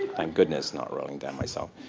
um goodness, not rolling down myself.